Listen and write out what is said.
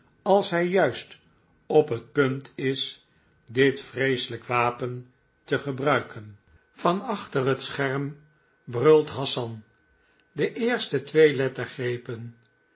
als hij juist op het punt is dit vreeselijke wapen te gebruiken van achter het scherm bruit hassan de eerste twee